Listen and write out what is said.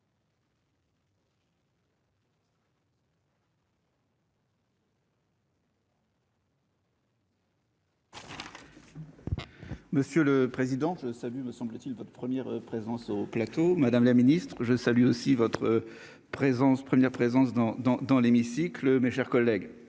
Monsieur le président, SAMU, me semble-t-il, votre première présence au plateau, Madame la Ministre, je salue aussi votre présence première présence dans, dans, dans l'hémicycle, mes chers collègues.